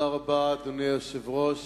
אדוני היושב-ראש,